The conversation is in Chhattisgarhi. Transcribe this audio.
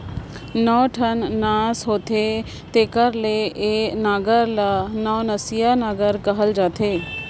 नौ ठन नास होथे तेकर ले ए नांगर ल नवनसिया नागर कहल जाथे